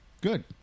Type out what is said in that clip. Good